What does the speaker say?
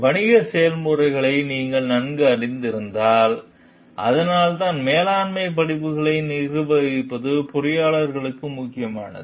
வணிக செயல்முறைகளை நீங்கள் நன்கு அறிந்திருந்தால் அதனால்தான் மேலாண்மை படிப்புகளை நிர்வகிப்பது பொறியாளர்களுக்கு முக்கியமானது